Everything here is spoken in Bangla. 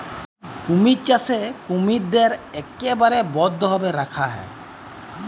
কুমির চাষে কুমিরদ্যার ইকবারে বদ্ধভাবে রাখা হ্যয়